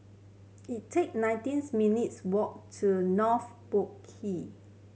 it take nineteens minutes' walk to North Boat Quay